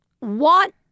want